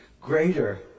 greater